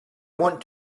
want